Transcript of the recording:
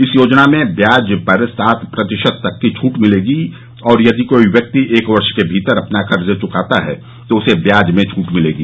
इस योजना में ब्याज पर सात प्रतिशत तक की छट मिलेगी और यदि कोई व्यक्ति एक वर्ष के भीतर अपना कर्ज चुकाता है तो उसे व्याज में छट मिलेगी